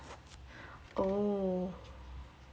oh